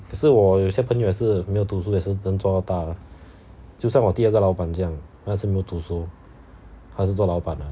可是我有些朋友是没有读书也是能做到大就像我第二个老板这样他也是没有读书还是做老板啊